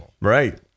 Right